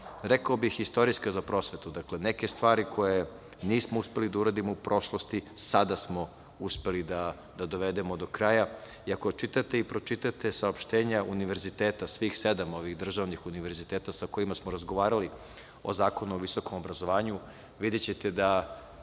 rekao bih istorijska za prosvetu.10/1 VS/LŽ 11.35 – 11.45Dakle, neke stvari koje nismo uspeli da uradimo u prošlosti sada smo uspeli da dovedemo do kraja, i ako čitate i pročitate saopštenja univerziteta svih sedam ovih državnih univerziteta sa kojima smo razgovarali o Zakonu o visokom obrazovanju, videćete da